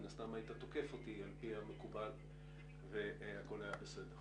מן הסתם היית תוקף אותי על פי המקובל והכול היה בסדר.